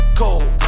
cold